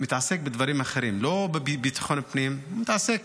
מתעסק בדברים אחרים, לא בביטחון פנים, מתעסק